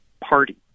party